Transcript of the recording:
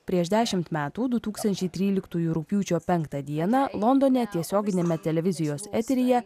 prieš dešimt metų du tūkstančiai tryliktųjų rugpjūčio penktą dieną londone tiesioginiame televizijos eteryje